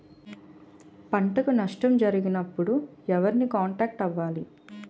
పంటకు నష్టం జరిగినప్పుడు ఎవరిని కాంటాక్ట్ అవ్వాలి?